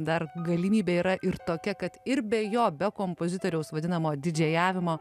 dar galimybė yra ir tokia kad ir be jo be kompozitoriaus vadinamo didžėjavimo